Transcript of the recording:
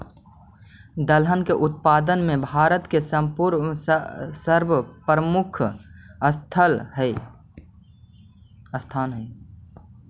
दलहन के उत्पादन में भारत के सर्वप्रमुख स्थान हइ